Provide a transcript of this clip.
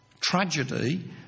tragedy